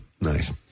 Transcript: Nice